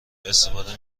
استفاده